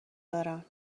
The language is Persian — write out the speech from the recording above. دارن